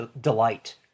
delight